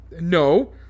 No